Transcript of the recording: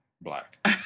Black